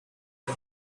the